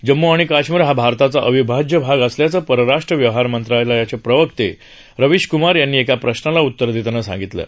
जम्मू आणि काश्मीर हा भारताचा अविभाज्य भाग असल्याचं परराष्ट्र व्यवहार मंत्र्यांचे प्रवक्ते रवीश क्मार यांनी एका प्रश्नाला उतर देताना सांगितलं आहे